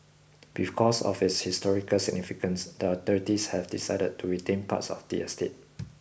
because of its historical significance the authorities have decided to retain parts of the estate